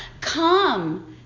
come